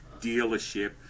dealership